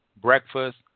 breakfast